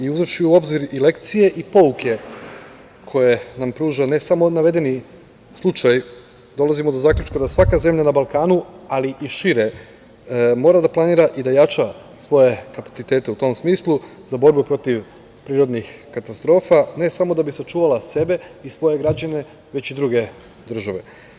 Uzevši u obzir i lekcije i pouke koje nam pruža ne samo navedeni slučaj, dolazimo do zaključka da svaka zemlja na Balkanu, ali i šire, mora da planira i da jača svoje kapacitet u tom smislu za borbu protiv prirodnih katastrofa, ne samo da bi sačuvala sebe i svoje građane, već i druge države.